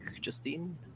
Justine